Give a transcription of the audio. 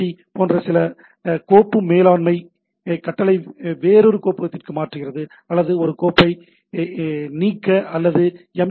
D போன்ற சில கோப்பு மேலாண்மை கட்டளை வேறொரு கோப்பகத்திற்கு மாறுகிறது அல்லது ஒரு கோப்பை நீக்க அல்லது எம்